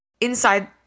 Inside